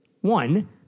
One